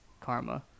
karma